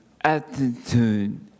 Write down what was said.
attitude